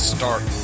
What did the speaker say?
Start